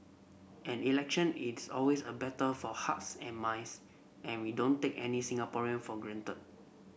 an election is always a battle for hearts and minds and we don't take any Singaporean for granted